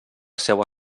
seua